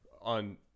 on